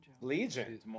legion